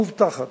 המובטחת,